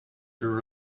through